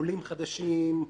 עולים חדשים,